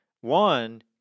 One